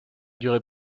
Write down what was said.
durée